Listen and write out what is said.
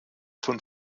von